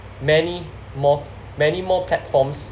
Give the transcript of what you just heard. many more many more platforms